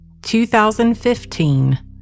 2015